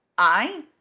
i?